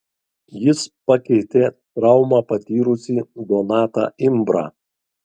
jis pakeitė traumą patyrusį donatą imbrą